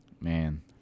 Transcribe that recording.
Man